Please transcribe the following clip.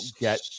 get